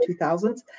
2000s